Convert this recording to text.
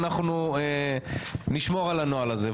ואנחנו נשמור על הנוהל הזה,